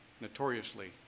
notoriously